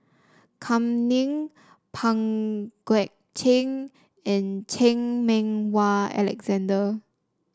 Kam Ning Pang Guek Cheng and Chan Meng Wah Alexander